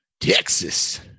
Texas